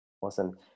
Awesome